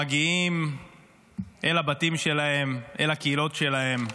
מגיעים אל הבתים שלהם אל הקהילות שלהם,